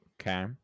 Okay